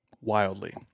wildly